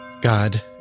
God